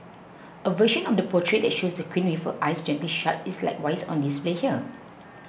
a version of the portrait that shows the Queen with her eyes gently shut is likewise on display here